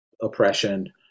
oppression